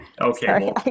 Okay